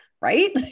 Right